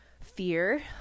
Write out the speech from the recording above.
fear